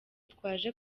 twaje